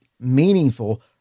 meaningful